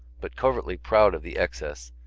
but covertly proud of the excess,